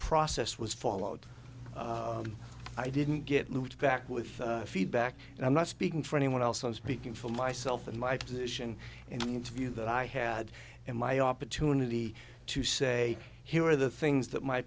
process was followed i didn't get moved back with feedback and i'm not speaking for anyone else i'm speaking for myself and my position and interview that i had in my opportunity to say here are the things that my